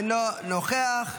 אינו נוכח.